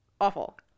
Awful